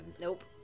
Nope